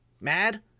mad